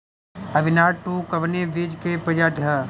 Avinash two कवने बीज क प्रजाति ह?